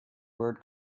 word